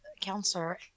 counselor